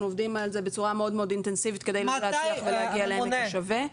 אנחנו עובדים על זה בצורה מאוד מאוד אינטנסיבית כדי להגיע לעמק השווה.